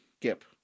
Gip